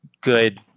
good